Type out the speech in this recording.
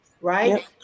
right